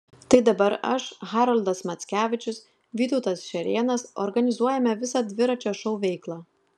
tai dabar aš haroldas mackevičius vytautas šerėnas organizuojame visą dviračio šou veiklą